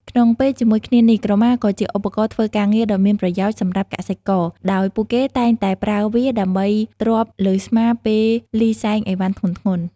ក្នុងពេលជាមួយគ្នានេះ ក្រមាក៏ជា ឧបករណ៍ធ្វើការងារ ដ៏មានប្រយោជន៍សម្រាប់កសិករ ដោយពួកគេតែងតែប្រើវាដើម្បីទ្រាប់លើស្មាពេលលីសែងអីវ៉ាន់ធ្ងន់ៗ។